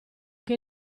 che